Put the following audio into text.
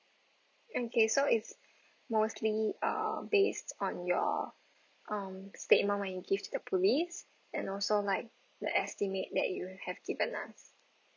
okay so is mostly ah based on your um statement when you give the police and also like the estimate that you have given us